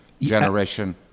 generation